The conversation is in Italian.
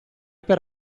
per